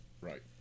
Right